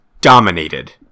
dominated